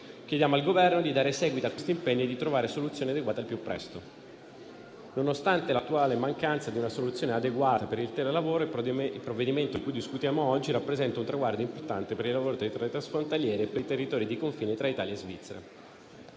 Chiediamo al Governo di dare seguito a questo impegno e di trovare soluzioni adeguate al più presto. Nonostante l'attuale mancanza di una soluzione adeguata per il telelavoro, il provvedimento di cui discutiamo oggi rappresenta un traguardo importante per i lavoratori transfrontalieri e per i territori di confine tra Italia e Svizzera.